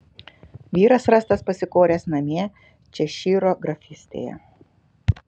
vyras rastas pasikoręs namie češyro grafystėje